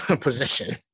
position